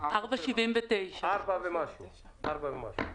4.79 דולרים ליחידת חום.